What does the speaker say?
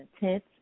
intense